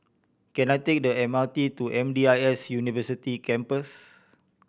can I take the M R T to M D I S University Campus